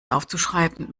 aufzuschreiben